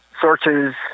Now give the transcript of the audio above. searches